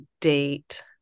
date